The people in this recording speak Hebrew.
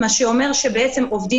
מה שאומר שבעצם עובדים,